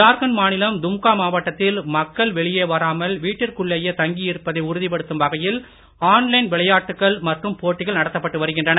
ஜர்கண்ட் மாநிலம் தும்கா மாவட்டத்தில் மக்கள் வெளியே வராமல் வீட்டிற்குள்ளேய தங்கியிருப்பதை உறுதிப்படுத்தும் வகையில் ஆன்லைன் விளையாட்டுகள் மற்றும் போட்டிகள் நடத்தப்பட்டு வருகின்றன